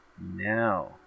Now